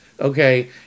okay